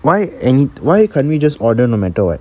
why any why can't we just order no matter what